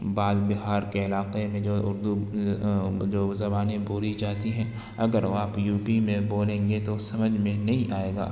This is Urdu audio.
بعض بہار کے علاقے میں جو اردو جو زبانیں بولی جاتی ہیں اگر آپ یوپی میں بولیں گے تو سمجھ میں نہیں آئے گا